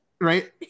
Right